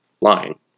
lying